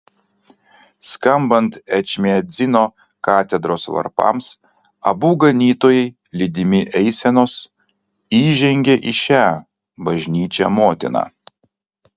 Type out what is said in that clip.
skambant ečmiadzino katedros varpams abu ganytojai lydimi eisenos įžengė į šią bažnyčią motiną